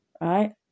right